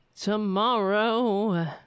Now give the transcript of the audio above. tomorrow